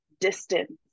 distance